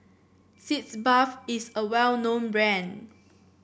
Sitz Bath is a well known brand